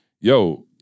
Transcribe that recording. yo